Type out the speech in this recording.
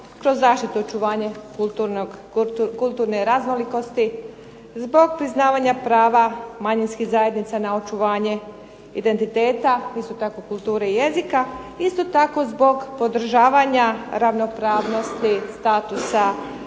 kroz zaštitu i očuvanje kulturne raznolikosti zbog priznavanja prava manjinskih zajednica na očuvanje identiteta, isto tako kulture i jezika i isto tako zbog podržavanja ravnopravnosti statusa